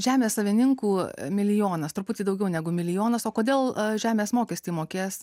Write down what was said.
žemės savininkų milijonas truputį daugiau negu milijonas o kodėl žemės mokestį mokės